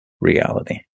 reality